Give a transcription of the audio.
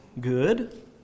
good